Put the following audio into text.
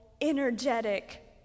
energetic